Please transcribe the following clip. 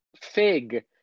fig